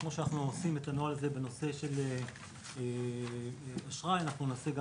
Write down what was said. כמו שאנחנו עושים את הנוהל הזה בנושא של אשראי אנחנו נעשה גם